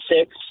six